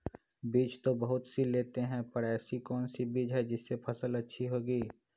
बीज तो बहुत सी लेते हैं पर ऐसी कौन सी बिज जिससे फसल अच्छी होगी?